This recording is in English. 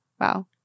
Wow